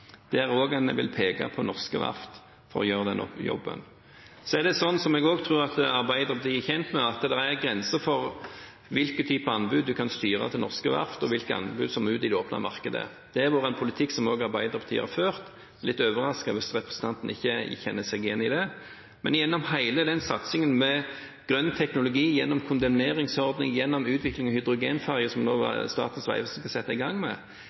der en også vil peke på norske verft når det gjelder å gjøre den jobben. Så er det slik, som jeg tror at Arbeiderpartiet er kjent med, at det er en grense for hvilke typer anbud en kan styre til norske verft, og hvilke typer anbud som skal ut i det åpne markedet. Det har vært en politikk som også Arbeiderpartiet har ført. Jeg er litt overrasket hvis ikke representanten kjenner seg igjen i det. Men når det gjelder hele den satsingen med grønn teknologi, gjennom kondemneringsordning, gjennom utvikling av hydrogenferjer, som Statens vegvesen nå skal sette i gang med,